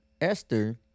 Esther